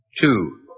Two